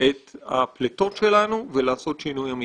את הפליטות שלנו ולעשות שינוי אמיתי.